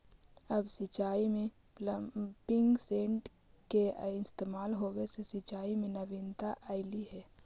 अब सिंचाई में पम्पिंग सेट के इस्तेमाल होवे से सिंचाई में नवीनता अलइ हे